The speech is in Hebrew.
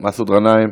מסעוד גנאים,